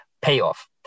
payoff